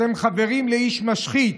אתם חברים לאיש משחית.